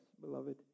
beloved